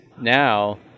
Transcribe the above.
Now